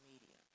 media